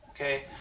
Okay